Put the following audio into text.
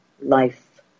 life